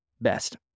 best